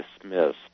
dismissed